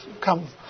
come